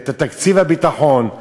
את תקציב הביטחון,